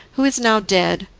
who is now dead,